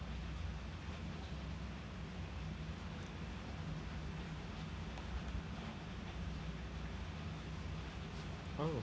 oh